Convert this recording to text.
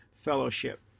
fellowship